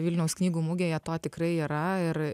vilniaus knygų mugėje to tikrai yra ir